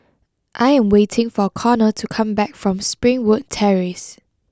I am waiting for Connor to come back from Springwood Terrace